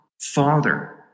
father